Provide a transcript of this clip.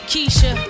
Keisha